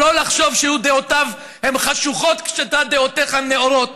אבל לא לחשוב שדעותיו הן חשוכות ודעותיך הן נאורות.